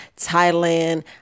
Thailand